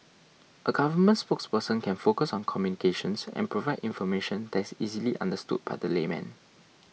a government spokesperson can focus on communications and provide information that is easily understood by the layman